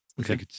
Okay